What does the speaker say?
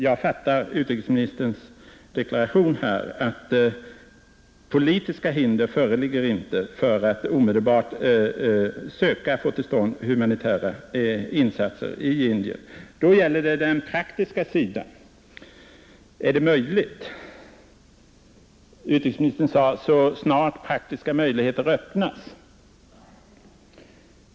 Jag fattar utrikesministerns deklaration här så att politiska hinder inte föreligger för att omedelbart söka få till stånd humanitära insatser i Indien. Då kommer vi till den praktiska sidan av frågan. Utrikesministern använde formuleringen att regeringen var beredd till insatser så snart praktiska möjligheter öppnas.